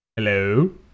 Hello